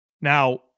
Now